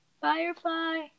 Firefly